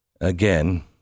again